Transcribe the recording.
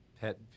pet